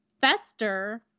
Fester